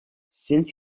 since